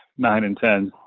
nine and ten.